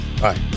Bye